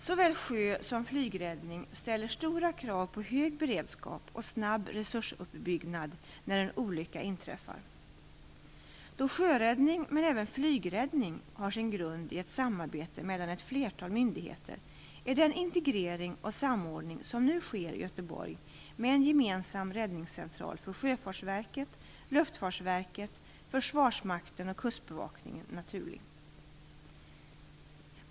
Såväl sjö som flygräddning ställer stora krav på hög beredskap och snabb resursuppbyggnad när en olycka inträffar. Då sjöräddning men även flygräddning har sin grund i ett samarbete mellan ett flertal myndigheter är den integrering och samordning som nu sker i Göteborg med en gemensam räddningscentral för Sjöfartsverket, Luftfartsverket, Försvarsmakten och Kustbevakningen naturlig.